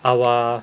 awa